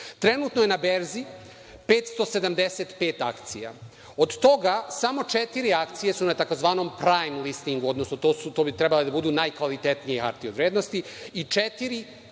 slučaj. Trenutno je na berzi 575 akcija. Od toga samo četiri akcije su na tzv. „prajm listingu“, odnosno to bi trebalo da budu najkvalitetnije akcije od vrednosti i četiri